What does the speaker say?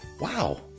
Wow